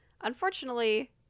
Unfortunately